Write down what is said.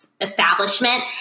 establishment